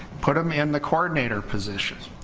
put them in the coordinator position.